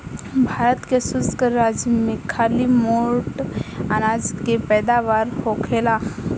भारत के शुष्क राज में खाली मोट अनाज के पैदावार होखेला